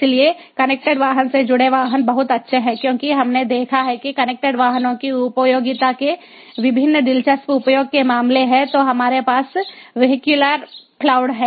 इसलिए कनेक्टेड वाहन से जुड़े वाहन बहुत अच्छे हैं क्योंकि हमने देखा है कि कनेक्टेड वाहनों की उपयोगिता के विभिन्न दिलचस्प उपयोग के मामले हैं तो हमारे पास वीहिक्यलर क्लाउड हैं